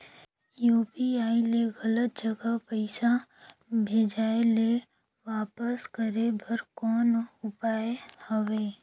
UPI ले गलत जगह पईसा भेजाय ल वापस करे बर कौन उपाय हवय?